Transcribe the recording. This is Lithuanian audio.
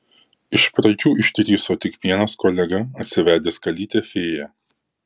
iš pradžių išdrįso tik vienas kolega atsivedęs kalytę fėją